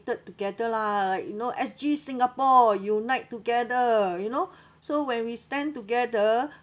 together lah like you know S_G singapore unite together you know so when we stand together